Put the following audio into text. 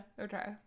Okay